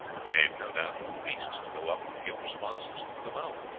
made, no doubt, for the priest to go up and give responses through the mouth.